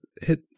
hit